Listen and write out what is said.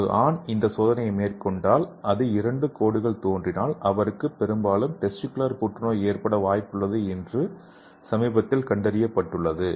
ஒரு ஆண் இந்த சோதனையை மேற்கொண்டால் அது இரண்டு கோடுகள் தோன்றினால் அவருக்கு பெரும்பாலும் டெஸ்டிகுலர் புற்றுநோய் ஏற்பட வாய்ப்புள்ளது என்று சமீபத்தில் கண்டறியப்பட்டது